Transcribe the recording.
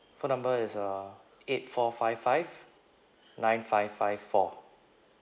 phone number is uh eight four five five nine five five four